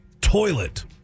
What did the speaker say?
Toilet